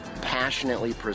passionately